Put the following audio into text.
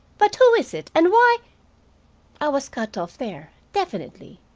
but who is it, and why i was cut off there, definitely,